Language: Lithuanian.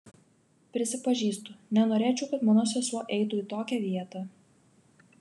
prisipažįstu nenorėčiau kad mano sesuo eitų į tokią vietą